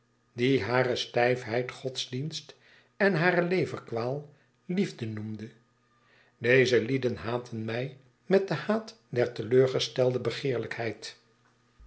die hare stijfheid godsdienst en hare leverkwaal liefde noemde deze lieden haatten mij met den haat der teleurgestelde